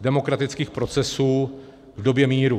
demokratických procesů v době míru.